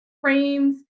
frames